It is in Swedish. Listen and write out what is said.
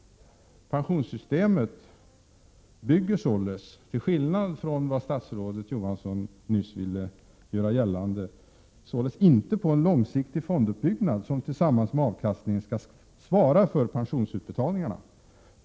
Pensionssystemet bygger således, till skillnad från vad statsrådet Johansson nyss ville göra gällande, inte på en långsiktig fonduppbyggnad, som tillsammans med avkastningen skall svara för pensionsutbetalningarna.